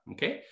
Okay